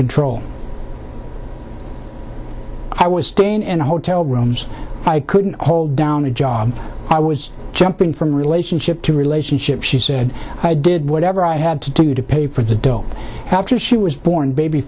control i was staying in hotel rooms i couldn't hold down a job i was jumping from relationship to relationship she said i did whatever i had to do to pay for the dope help she was born baby